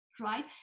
right